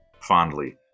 fondly